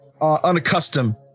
unaccustomed